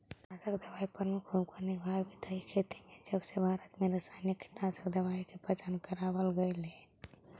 कीटनाशक दवाई प्रमुख भूमिका निभावाईत हई खेती में जबसे भारत में रसायनिक कीटनाशक दवाई के पहचान करावल गयल हे